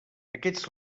aquests